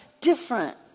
different